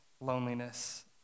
loneliness